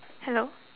hello